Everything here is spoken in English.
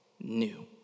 New